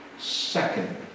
second